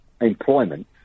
employment